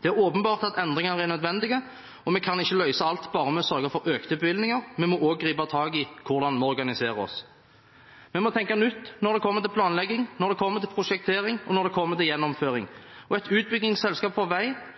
Det er åpenbart at endringer er nødvendig, og vi kan ikke løse alt bare ved å sørge for økte bevilgninger. Vi må også gripe tak i hvordan vi organiserer oss. Vi må tenke nytt når det kommer til planlegging, når det kommer til prosjektering, og når det kommer til gjennomføring. Et utbyggingsselskap for vei